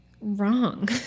wrong